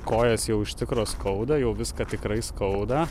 kojas jau iš tikro skauda jau viską tikrai skauda